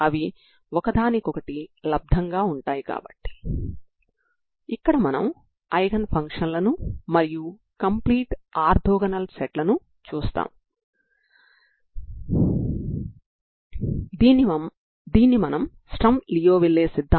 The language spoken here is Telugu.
కాబట్టి మీరు ఐగెన్ విలువలు మరియు ఐగెన్ ఫంక్షన్లను కనుగొంటారు తర్వాత పరిష్కారాన్నిసపరబుల్ రూపంలో పొందడానికి ప్రారంభ నియమాలను వర్తింపచేస్తారు